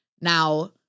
Now